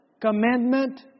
commandment